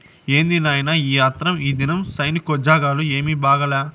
ఏంది నాయినా ఈ ఆత్రం, ఈదినం సైనికోజ్జోగాలు ఏమీ బాగాలా